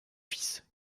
fils